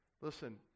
Listen